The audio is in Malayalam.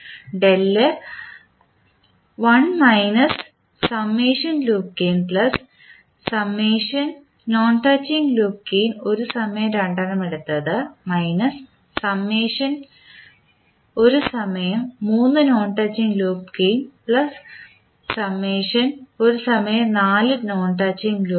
1 loop gain non touching loop gain ഒരു സമയം രണ്ടെണ്ണം എടുത്തത് ഒരു സമയം മൂന്ന് നോൺ ടച്ചിംഗ് ലൂപ്പ് ഗേയിൻ ഒരു സമയം നാല് നോൺ ടച്ചിംഗ് ലൂപ്പ് ഗേയിൻ